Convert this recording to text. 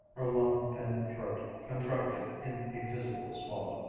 her long, thin throat contracted in a visible swallow.